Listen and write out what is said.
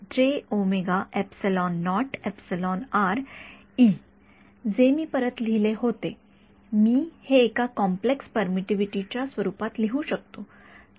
जे मी परत लिहिले होते मी हे एका कॉम्प्लेक्स पेरमिटिव्हिटी च्या स्वरूपात लिहू शकतो